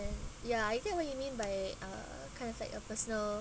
ya I get what you mean by uh kind of like a personal